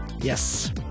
Yes